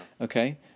Okay